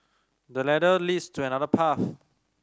the ladder leads to another path